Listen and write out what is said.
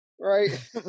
right